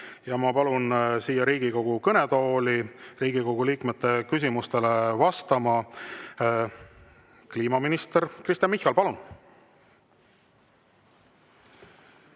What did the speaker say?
Ma palun siia Riigikogu kõnetooli Riigikogu liikmete küsimustele vastama kliimaminister Kristen Michali.